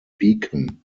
beacon